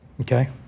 okay